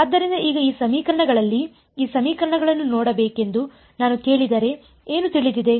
ಆದ್ದರಿಂದ ಈಗ ಈ ಸಮೀಕರಣಗಳಲ್ಲಿ ಈ ಸಮೀಕರಣಗಳನ್ನು ನೋಡಬೇಕೆಂದು ನಾನು ಕೇಳಿದರೆ ಏನು ತಿಳಿದಿದೆ